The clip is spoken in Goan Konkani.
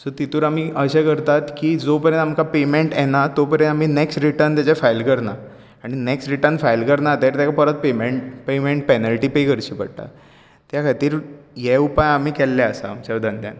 सो तेतूंत आमी अशें करतात की जो पर्यंत आमकां पेमेंट येना तो पर्यंत आमी नॅक्स्ट रिटर्न तेचे फायल करना आनी नॅक्स्ट रिटर्न फायल करना ते खातीर तेचो पेमेंट पेनल्टी पे करची पडटा त्या खातीर हे उपाय आमी केल्ले आसात आमच्या धंद्यांत